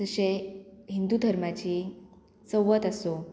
जशें हिंदू धर्माची चवथ आसूं